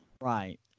Right